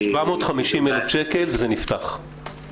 750,000 שקל וזה נפתח.